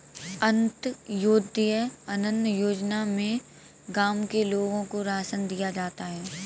अंत्योदय अन्न योजना में गांव के लोगों को राशन दिया जाता है